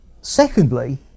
Secondly